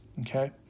Okay